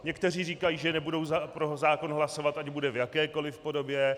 Někteří říkají, že nebudou pro zákon hlasovat, ať bude v jakékoli podobě.